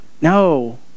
No